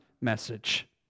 message